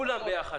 כמה כולן ביחד?